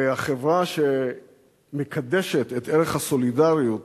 וחברה שמקדשת את הערך של הסולידריות